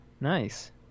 Nice